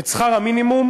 את שכר המינימום,